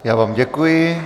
Já vám děkuji.